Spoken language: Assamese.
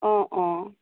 অ অ